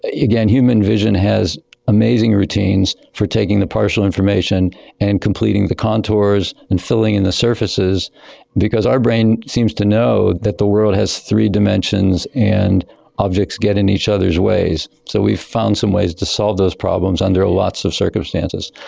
again, human vision has amazing routines for taking the partial information and completing the contours and filling in the surfaces because our brain seems to know that the world has three dimensions and objects get in each other's ways. so we found some ways to solve those problems under ah lots of circumstances.